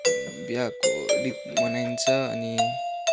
बिहाको रित मनाइन्छ अनि